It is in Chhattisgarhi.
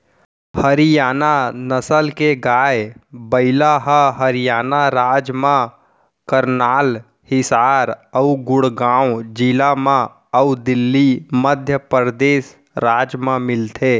हरियाना नसल के गाय, बइला ह हरियाना राज म करनाल, हिसार अउ गुड़गॉँव जिला म अउ दिल्ली, मध्य परदेस राज म मिलथे